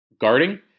guarding